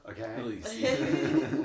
okay